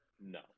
no